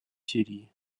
сирии